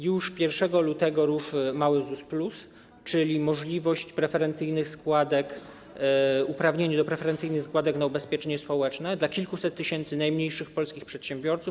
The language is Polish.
Już 1 lutego ruszy mały ZUS plus, czyli możliwość preferencyjnych składek, uprawnienie do preferencyjnych składek na ubezpieczenie społeczne dla kilkuset tysięcy najmniejszych polskich przedsiębiorców.